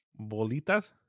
Bolitas